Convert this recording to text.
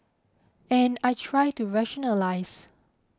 and I try to rationalise